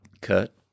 cut